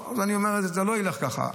אז אני אומר את זה: זה לא ילך ככה,